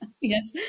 Yes